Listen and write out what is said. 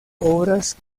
obras